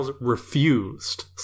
refused